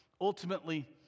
Ultimately